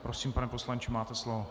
Prosím, pane poslanče, máte slovo.